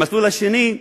המסלול השני,